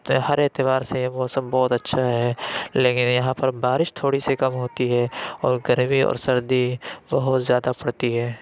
ہر اعتبار سے موسم بہت اچھا ہے لیکن یہاں پر بارش تھوڑی سی کم ہوتی ہے اور گرمی اور سردی بہت زیادہ پڑتی ہے